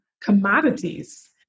commodities